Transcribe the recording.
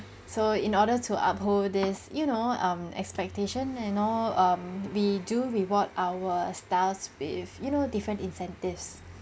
so in order to uphold this you know um expectation and all um we do reward our staff with you know different incentives